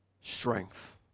strength